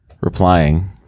replying